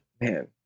man